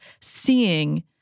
seeing